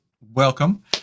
welcome